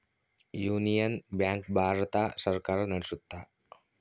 union bank Bharat ಸರ್ಕಾರ ನಡ್ಸುತ್ತ